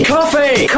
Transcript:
Coffee